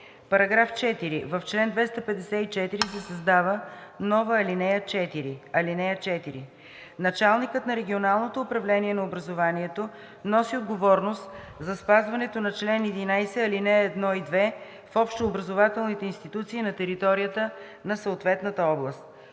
„§ 4. В чл. 254 се създава нова ал. 4: „(4) Началникът на регионалното управление на образованието носи отговорност за спазването на чл. 11, ал. 1 и 2 в образователните институции на територията на съответната област.“